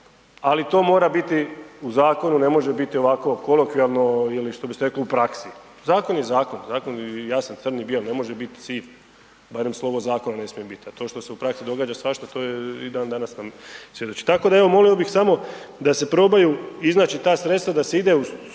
ali to mora biti u zakonu, ne može biti ovako kolokvijalno ili što bi se reklo u praksi. Zakon je zakon, zakon je jasan crn i bijel, ne može bit siv, barem slovo zakona ne smije bit, a to što se u praksi događa svašta, to je i dan danas nam svjedoči, tako da evo molio bi samo da se probaju iznaći ta sredstva da se ide u strože,